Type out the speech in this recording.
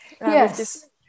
yes